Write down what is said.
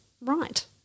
right